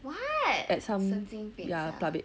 what 神经病 sia